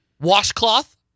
Washcloth